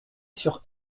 sur